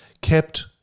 kept